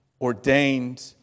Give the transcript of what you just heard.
ordained